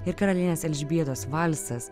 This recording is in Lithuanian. ir karalienės elžbietos valsas